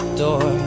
door